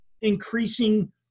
increasing